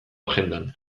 agendan